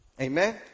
Amen